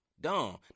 dumb